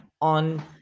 on